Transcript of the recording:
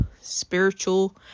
spiritual